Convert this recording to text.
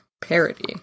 parody